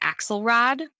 Axelrod